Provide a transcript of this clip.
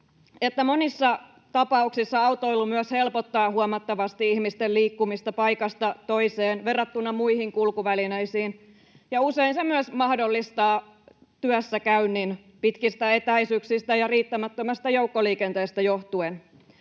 monissa tapauksissa autoilu myös helpottaa huomattavasti ihmisten liikkumista paikasta toiseen verrattuna muihin kulkuvälineisiin, ja usein se myös mahdollistaa työssäkäynnin pitkistä etäisyyksistä ja riittämättömästä joukkoliikenteestä johtuen.